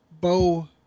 bow